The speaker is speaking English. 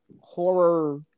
horror